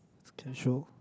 it's casual